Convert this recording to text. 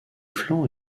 flancs